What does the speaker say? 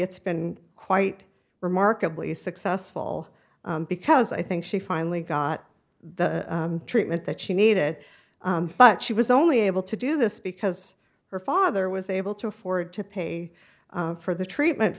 it's been quite remarkably successful because i think she finally got the treatment that she needed but she was only able to do this because her father was able to afford to pay for the treatment